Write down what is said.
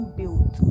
built